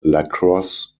lacrosse